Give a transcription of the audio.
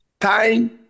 time